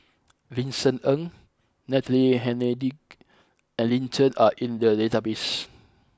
Vincent Ng Natalie Hennedige and Lin Chen are in the database